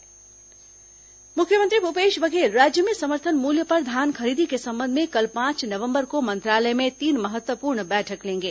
मुख्यमंत्री बैठक मुख्यमंत्री भूपेश बघेल राज्य में समर्थन मूल्य पर धान खरीदी के संबंध में कल पांच नवंबर को मंत्रालय में तीन महत्वपूर्ण बैठक लेंगे